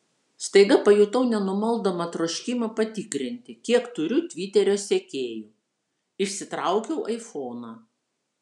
staiga pajutau nenumaldomą troškimą patikrinti kiek turiu tviterio sekėjų išsitraukiau aifoną